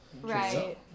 Right